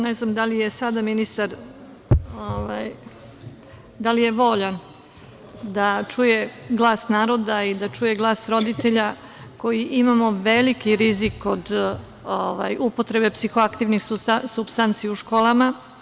Ne znam sada da li je ministar voljan da čuje glas naroda i da čuje glas roditelja koji imamo veliki rizik od upotrebe psihoaktivnih supstanci u školama.